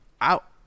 out